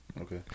Okay